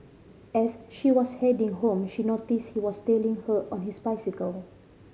as she was heading home she noticed he was tailing her on his bicycle